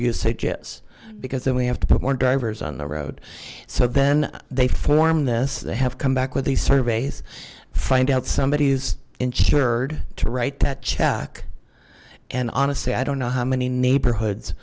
usage is because then we have to put more drivers on the road so then they form this they have come back with these surveys find out somebody's insured to write that check and honestly i don't know how many neighborhoods